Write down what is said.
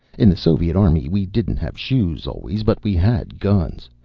in the soviet army we didn't have shoes always, but we had guns.